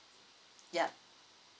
yeah